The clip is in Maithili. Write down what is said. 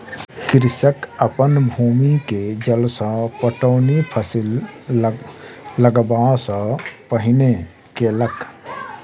कृषक अपन भूमि के जल सॅ पटौनी फसिल लगबअ सॅ पहिने केलक